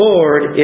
Lord